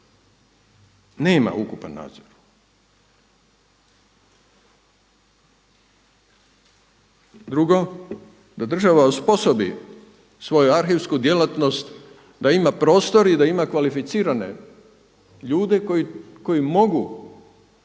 nema ukupan nadzor. Drugo, da država osposobi svoju arhivsku djelatnost, da ima prostor i da ima kvalificirane ljude koji mogu